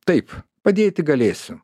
taip padėti galėsiu